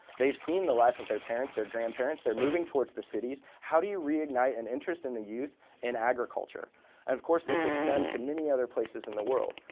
they've seen the life of their parents, their grandparents, they're moving towards the cities. how do you reignite an and interest in the use in agriculture? and of course, this extends to many other places in the world.